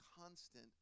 constant